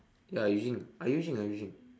ya I using I using I using